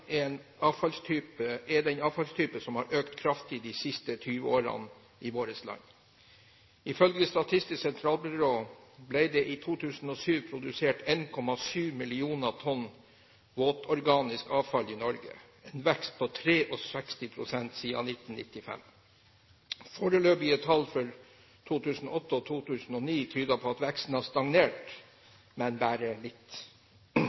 er blant avfallstypene som har økt kraftig de siste 20 årene i vårt land. Ifølge Statistisk sentralbyrå ble det i 2007 produsert 1,7 millioner tonn våtorganisk avfall i Norge, en vekst på 63 pst. siden 1995. Foreløpige tall for 2008 og 2009 tyder på at veksten har stagnert, men bare litt.